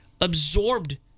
absorbed